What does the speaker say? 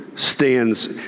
stands